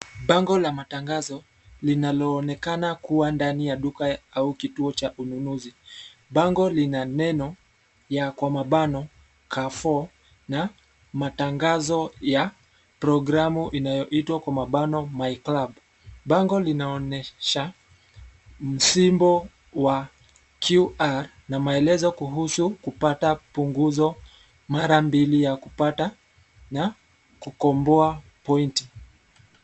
Bango la matangazo linaloonekana kuwa dani ya duka au kituo cha ununuzi bango lina neno ya kwa mabano Carrefour na matangazo ya programu inayoitwa kwa mabango my club bango linaonyesha msimbo wa QR na maelezo kuhusu kupata punguzo mara mbili ya kupata na kukomboa pointi.